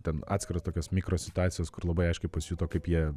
ten atskiros tokios mikro situacijos kur labai aiškiai pasijuto kaip jie